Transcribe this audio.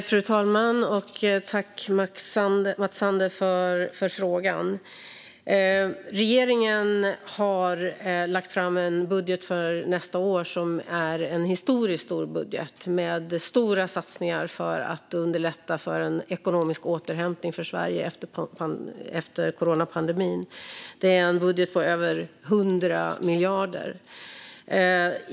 Fru talman! Jag tackar Mats Sander för frågan. Regeringen har lagt fram en historiskt stor budget för nästa år med stora satsningar för att underlätta en ekonomisk återhämtning för Sverige efter coronapandemin. Det är en budget på över 100 miljarder.